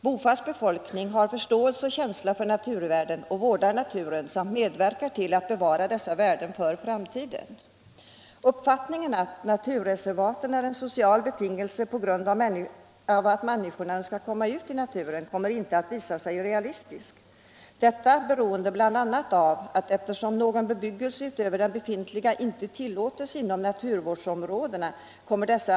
Bofast befolkning har förståelse och känsla för naturvärden och vårdar naturen samt medverkar till att bevara dessa värden för framtiden. Uppfattningen att naturreservaten bör bibehållas som en social företeelse, för att tillgodose människornas önskan att få kontakt med naturen, kommer inte att visa sig realistisk. Naturvårdsområdena kommer mer och mer att avfolkas, eftersom någon bebyggelse utöver den befintliga inte tillåts inom dessa.